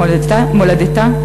מולדתה,